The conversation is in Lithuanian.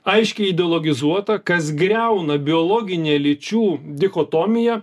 aiškiai ideologizuota kas griauna biologinę lyčių dichotomiją